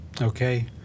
Okay